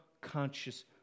conscious